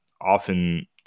often